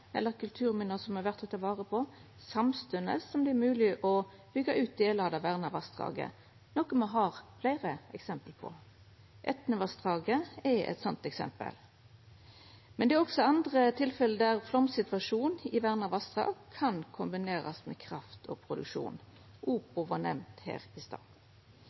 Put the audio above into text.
eller kulturminna som det er verd å ta vare på, samstundes som det er mogeleg å byggja ut delar av det verna vassdraget – noko me har fleire eksempel på. Etnevassdraget er eit slikt eksempel. Det er også andre tilfelle der flomsituasjon i verna vassdrag kan kombinerast med kraftproduksjon – Opovassdraget vart nemnt her i